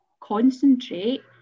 concentrate